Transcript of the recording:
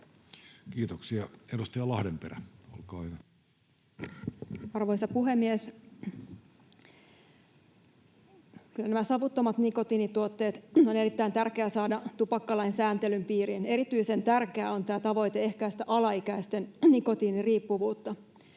muuttamisesta Time: 15:46 Content: Arvoisa puhemies! Kyllä savuttomat nikotiinituotteet on erittäin tärkeää saada tupakkalain sääntelyn piiriin. Erityisen tärkeä on tavoite ehkäistä alaikäisten nikotiiniriippuvuutta.